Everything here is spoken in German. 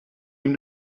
ihm